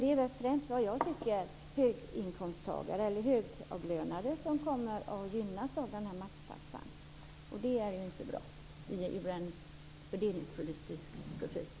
Det är främst, som jag ser det, högavlönade som kommer att gynnas av maxtaxan. Det är inte bra med tanke på den fördelningspolitiska profilen.